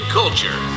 culture